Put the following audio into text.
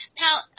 Now